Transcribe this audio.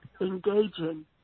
engaging